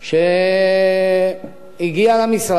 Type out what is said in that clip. שהגיע למשרד